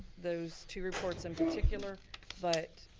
those two reports in particular but,